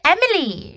Emily